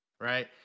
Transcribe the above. right